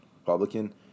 Republican